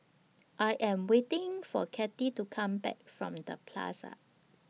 I Am waiting For Cathy to Come Back from The Plaza